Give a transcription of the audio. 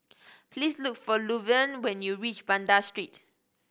please look for Luverne when you reach Banda Street